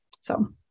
So-